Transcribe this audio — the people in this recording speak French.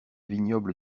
vignoble